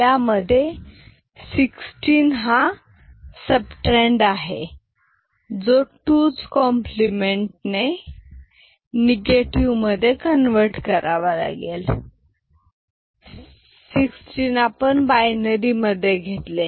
यामध्ये सिक्सटीन हा subtrahend आहे जो 2s कॉम्प्लिमेंट ने निगेटिव्ह मध्ये कन्व्हर्ट करावा लागेल 16 आपण बायनरी मध्ये घेतले